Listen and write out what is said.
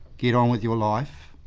get on with your life,